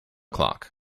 clock